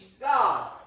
God